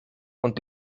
und